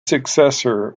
successor